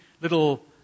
little